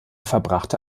verbrachte